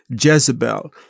Jezebel